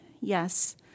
Yes